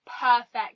perfect